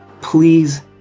please